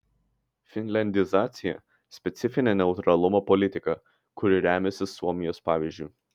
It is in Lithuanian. finliandizacija specifinė neutralumo politika kuri remiasi suomijos pavyzdžiu